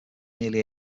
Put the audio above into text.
nearly